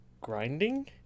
grinding